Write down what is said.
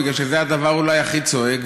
בגלל שזה אולי הדבר הכי צועק.